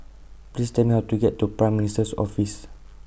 Please Tell Me How to get to Prime Minister's Office